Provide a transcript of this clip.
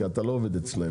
כי אתה לא עובד אצלנו